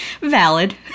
valid